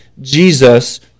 Jesus